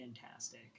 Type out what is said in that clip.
fantastic